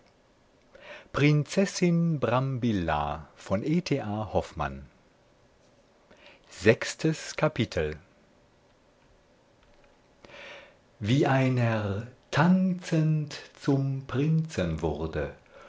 erfahren sechstes kapitel wie einer tanzend zum prinzen wurde